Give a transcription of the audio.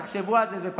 תחשבו על זה,